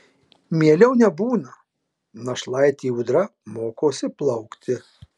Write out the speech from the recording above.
mieliau nebūna našlaitė ūdra mokosi plaukti